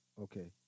Okay